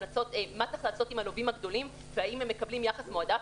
מה צריך לעשות עם הלווים הגדולים והאם הם מקבלים יחס מועדף?